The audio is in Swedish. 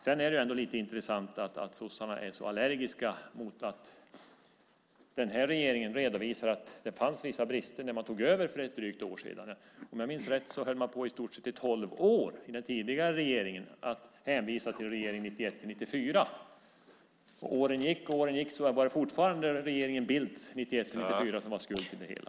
Det är ändå lite intressant att sossarna är så allergiska mot att den här regeringen redovisar att det fanns vissa brister när regeringen tog över för ett drygt år sedan. Om jag minns rätt höll den tidigare regeringen på i stort sett i tolv år att hänvisa till regeringen 1991-1994. Åren gick och åren gick, och det var fortfarande regeringen Bildt 1991-1994 som var skuld till det hela.